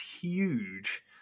huge